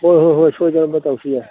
ꯍꯣꯏ ꯍꯣꯏ ꯍꯣꯏ ꯁꯣꯏꯗꯅꯕ ꯇꯧꯁꯤ ꯌꯥꯏ